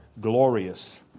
glorious